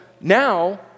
now